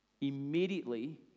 Immediately